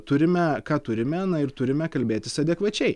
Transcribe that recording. turime ką turime na ir turime kalbėtis adekvačiai